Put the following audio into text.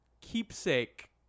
keepsake